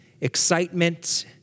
excitement